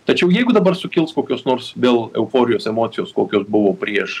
tačiau jeigu dabar sukils kokios nors vėl euforijos emocijos kokios buvo prieš